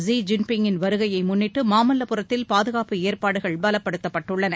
Xi ஜின் பிங்கின் வருகையை முன்னிட்டு மாமல்லபுரத்தில் பாதுகாப்பு ஏற்பாடுகள் பலப்படுத்தப்பட்டுள்ளன